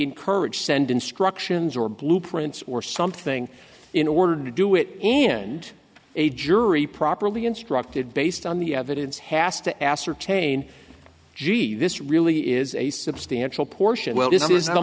encourage send instructions or blueprints or something in order to do it end jury properly instructed based on the evidence has to ascertain gee this really is a substantial portion well this is not a